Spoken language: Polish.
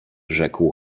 rzekł